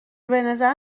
بنظر